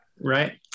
right